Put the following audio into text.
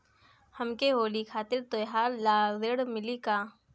हमके होली खातिर त्योहार ला ऋण मिली का?